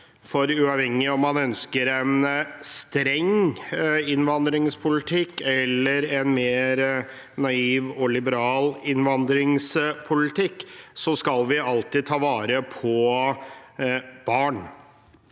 Uavhengig av om man ønsker en streng innvandringspolitikk eller en mer naiv og liberal innvandringspolitikk, så skal vi alltid ta vare på barn.